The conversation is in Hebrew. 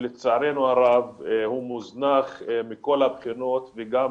שלצערנו הרב הוא מוזנח מכל הבחינות, וגם